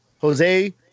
Jose